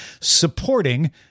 supporting